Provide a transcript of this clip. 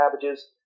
cabbages